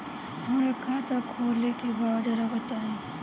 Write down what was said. हमका खाता खोले के बा जरा बताई?